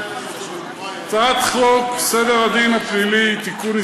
הצעת חוק סדר הדין הפלילי (תיקון,